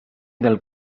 del